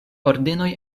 ordenoj